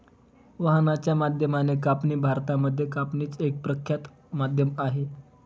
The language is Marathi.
वाहनाच्या माध्यमाने कापणी भारतामध्ये कापणीच एक प्रख्यात माध्यम आहे